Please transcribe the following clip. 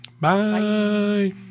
Bye